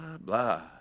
blah